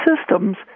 systems